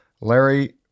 Larry